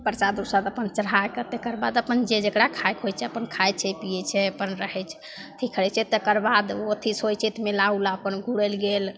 परसाद उरसाद अपन चढ़ैके तकर बाद अपन जे जकरा खाइके होइ छै अपन खाइ छै पिए छै अपन रहै छै अथी करै छै तकर बाद ओ अथी सोचथि मेला उला अपन घुरै ले गेल